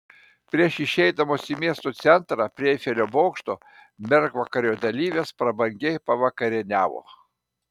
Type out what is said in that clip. prieš išeidamos į miesto centrą prie eifelio bokšto mergvakario dalyvės prabangiai pavakarieniavo